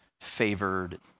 favored